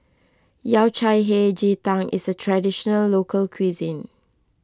Yao Cai Hei Ji Tang is a Traditional Local Cuisine